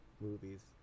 movies